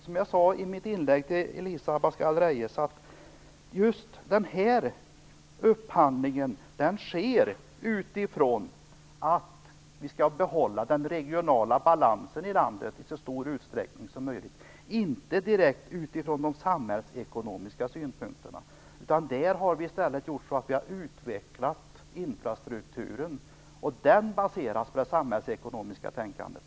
Som jag sade i mitt inlägg till Elisa Abascal Reyes sker just denna upphandling utifrån målet att vi skall behålla den regionala balansen i landet i så stor utsträckning som möjligt, inte direkt utifrån de samhällsekonomiska aspekterna. I stället har vi utvecklat infrastrukturen, vilken baseras på det samhällsekonomiska tänkandet.